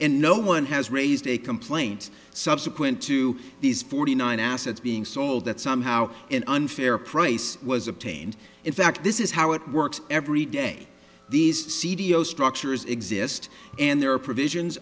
and no one has raised a complaint subsequent to these forty nine assets being sold that somehow an unfair price was obtained in fact this is how it works every day these c d o structures exist and there are provisions